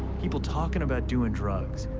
people talking about doing drugs,